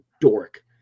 dork